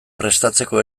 prestatzeko